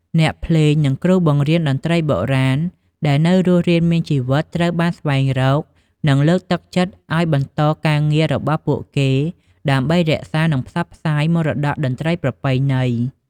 អ្នកភ្លេង និងគ្រូបង្រៀនតន្ត្រីបុរាណ ដែលនៅរស់រានមានជីវិត ត្រូវបានស្វែងរក និងលើកទឹកចិត្តឱ្យបន្តការងាររបស់ពួកគេ ដើម្បីរក្សា និងផ្សព្វផ្សាយមរតកតន្ត្រីប្រពៃណី។